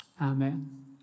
Amen